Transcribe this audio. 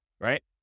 Right